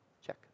Check